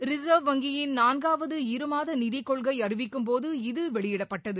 reverb வங்கியின் நான்காவது இருமாத நிதிக்கொள்கை அறிவிக்கும்போது இது வெளியிடப்பட்டது